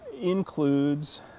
includes